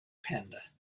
panda